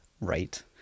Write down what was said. right